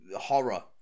horror